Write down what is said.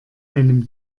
einem